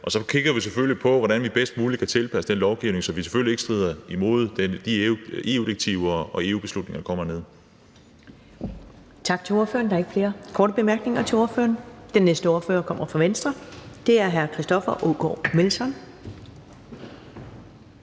Og så kigger vi selvfølgelig på, hvordan vi bedst muligt kan tilpasse lovgivningen, så den selvfølgelig ikke strider imod de EU-direktiver og EU-beslutninger, der kommer. Kl. 15:46 Første næstformand (Karen Ellemann): Tak til ordføreren. Der er ikke flere korte bemærkninger til ordføreren. Den næste ordfører kommer fra Venstre, og det er hr. Christoffer Aagaard Melson.